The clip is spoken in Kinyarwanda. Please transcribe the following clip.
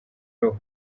roho